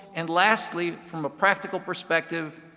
and lastly, from a practical perspective,